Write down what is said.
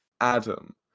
Adam